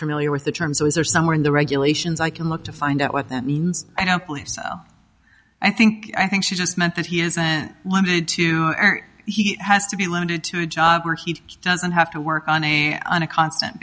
familiar with the term so is there somewhere in the regulations i can look to find out what that means and hopefully well i think i think she just meant that he isn't limited to he has to be limited to a job where he doesn't have to work on a on a constant